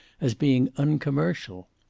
as being uncommercial.